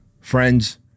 friends